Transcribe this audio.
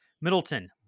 Middleton